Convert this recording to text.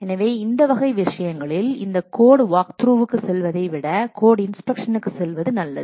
எனவே இந்த வகை விஷயங்களில் இந்த கோட் வாக்த்ரூக்கு செல்வதை விட கோட் இன்ஸ்பெக்ஷனக்கு செல்வது நல்லது